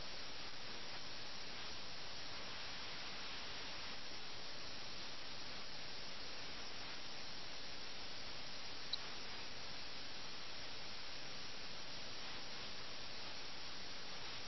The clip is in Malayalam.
ഈ പ്രസ്താവന വീണ്ടും അൽപ്പം വിരോധാഭാസമാണ് കാരണം അവർ ഒരു തരത്തിൽ ഭീരുക്കളാണ് കാരണം അവർക്ക് ദൂതനെ പോയി കാണാൻ ധൈര്യമില്ല അവർക്ക് യുദ്ധക്കളത്തിലേക്ക് പോകാനുള്ള ധൈര്യമില്ല ഇംഗ്ലീഷ് ഈസ്റ്റ് ഇന്ത്യാ കമ്പനിക്കെതിരെ പോരാടാൻ കഴിയുന്ന സൈന്യത്തെ സംഘടിപ്പിക്കാൻ അവർക്ക് ധൈര്യമില്ല എന്നാൽ അവർ ഭീരുക്കളുമല്ല കാരണം അവർ തങ്ങളുടെ വാളുകൾ ഊരി പരസ്പരം പോരടിക്കുന്നു